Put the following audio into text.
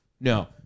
no